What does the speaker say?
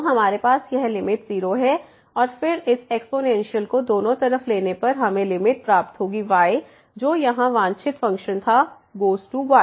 तो हमारे पास यह लिमिट 0 है और फिर इस एक्स्पोनेंशियल को दोनों तरफ लेने पर हमें लिमिट प्राप्त होगी y जो यहाँ वांछित फ़ंक्शन था गोज़ टू 1